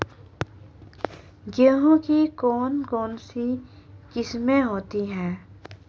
गेहूँ की कौन कौनसी किस्में होती है?